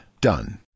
done